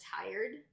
tired